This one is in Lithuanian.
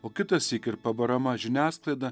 o kitąsyk ir pabarama žiniasklaida